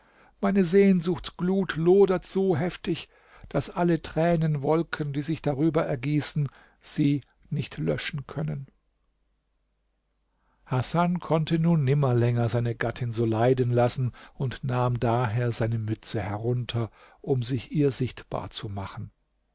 meine sehnsuchtsglut lodert so heftig daß alle tränenwolken die sich darüber ergießen sie nicht löschen können hasan konnte nun nimmer länger seine gattin so leiden lassen und nahm daher seine mütze herunter um sich ihr sichtbar zu machen